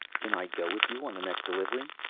can i go with you on the next delivery?